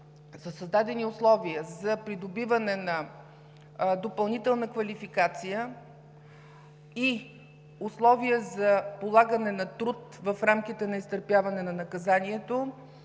създадени условия за придобиване на допълнителна квалификация и условия за полагане на труд в рамките на изтърпяване на наказанието,